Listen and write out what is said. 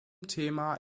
thema